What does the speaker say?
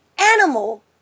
animal